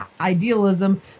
idealism